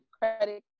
credit